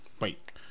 Wait